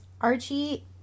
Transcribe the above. Archie